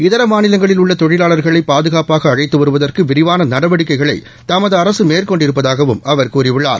இதர மாநிலங்களில் உள்ள தொழிலாளா்களை பாதுகாப்பாக அழைத்து வருவதற்கு விரிவான நடவடிக்கைகளை தமது அரசு மேற்கொண்டிருப்பதாகவும் அவர் கூறியுள்ளார்